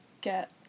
get